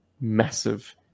massive